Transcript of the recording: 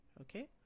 okay